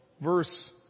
verse